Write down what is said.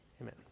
amen